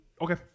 Okay